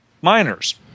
miners